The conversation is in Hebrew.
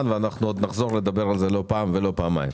ואנחנו עוד נחזור לדבר על זה לא פעם ולא פעמיים.